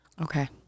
Okay